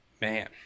man